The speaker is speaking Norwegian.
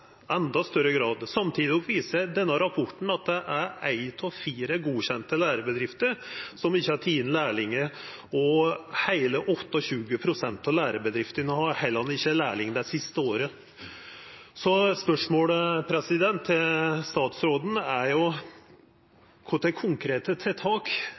Samtidig viser denne rapporten at ei av fire godkjende lærebedrifter ikkje har teke inn lærlingar, og heile 28 pst. av lærebedriftene har heller ikkje hatt lærling det siste året. Så spørsmålet til statsråden er: Kva for konkrete tiltak